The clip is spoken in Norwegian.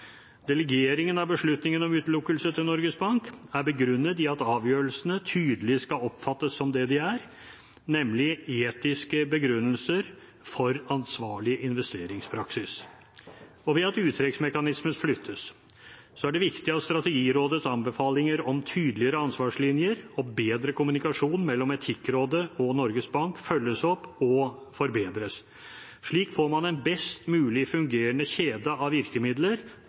Delegeringen av beslutningen om utelukkelse til Norges Bank er begrunnet i at avgjørelsene tydelig skal oppfattes som det de er, nemlig etiske begrunnelser for ansvarlig investeringspraksis. Når uttrekksmekanismen flyttes, er det viktig at Strategirådets anbefalinger om tydeligere ansvarslinjer og bedre kommunikasjon mellom Etikkrådet og Norges Bank følges opp og forbedres. Slik får man en best mulig fungerende kjede av virkemidler,